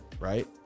right